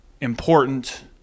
important